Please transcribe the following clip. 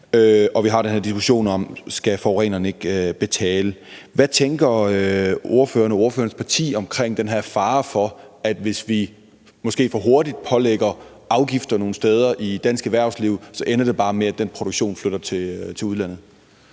og vi har den her diskussion om, om forureneren ikke skal betale. Hvad tænker ordføreren og ordførerens parti om den fare, der er for, at det, hvis vi måske for hurtigt pålægger afgifter nogle steder i dansk erhvervsliv, så bare ender med, at den produktion flytter til udlandet?